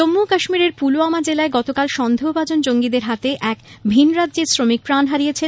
জম্মু ও কাশ্মীরের পুলওয়ামা জেলায় গতকাল সন্দেহভাজন জঙ্গীদের হাতে এক ভিনরাজ্যের শ্রমিক প্রাণ হারিয়েছেন